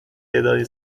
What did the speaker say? تعدادی